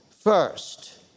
First